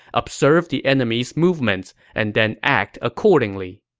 observe the enemy's movements, and then act accordingly.